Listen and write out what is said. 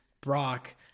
Brock